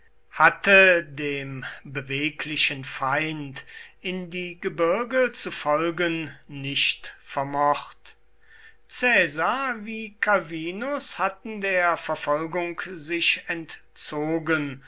hatte dem beweglichen feind in die gebirge zu folgen nicht vermocht caesar wie calvinus hatten der verfolgung sich entzogen